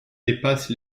dépasse